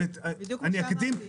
אני תכף אתייחס לעניין הזה.